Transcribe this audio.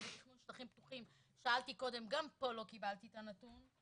--- שטחים פתוחים שאלתי קודם וגם פה לא קיבלתי את הנתון.